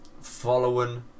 following